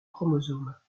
chromosomes